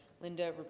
Linda